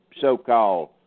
so-called